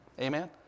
Amen